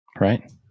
Right